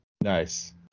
Nice